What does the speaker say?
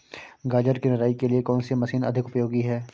गाजर की निराई के लिए कौन सी मशीन अधिक उपयोगी है?